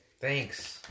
thanks